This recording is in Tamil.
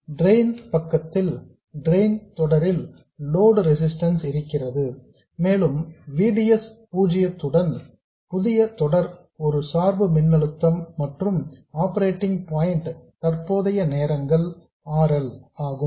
டிரெயின் பக்கத்தில் டிரெயின் தொடரில் லோடு ரெசிஸ்டன்ஸ் இருக்கிறது மேலும் VDS பூஜ்ஜியத்துடன் புதிய தொடர் ஒரு சார்பு மின்னழுத்தம் மற்றும் ஆப்பரேட்டிங் பாயிண்ட் தற்போதைய நேரங்கள் R L ஆகும்